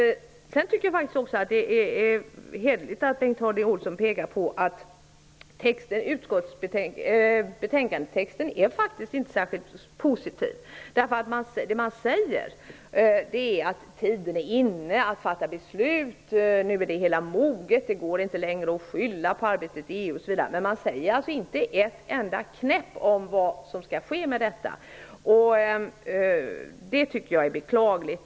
Det må väl vara som det är med det. Det är hederligt av Bengt Harding Olson att peka på att betänkandetexten faktiskt inte är särskilt positiv. Det man säger är att tiden är inne för att fatta beslut, att det hela nu är moget och att det inte längre går att skylla på arbetet i EU osv. Men inte ett enda knäpp säger man om vad som skall ske. Det är beklagligt.